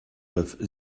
neuf